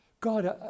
God